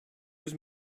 yüz